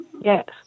Yes